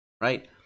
right